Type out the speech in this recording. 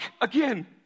again